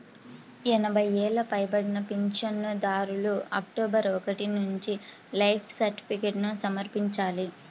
ఎనభై ఏళ్లు పైబడిన పింఛనుదారులు అక్టోబరు ఒకటి నుంచి లైఫ్ సర్టిఫికేట్ను సమర్పించాలి